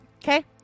Okay